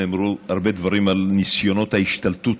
נאמרו הרבה דברים על ניסיונות ההשתלטות